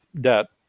debt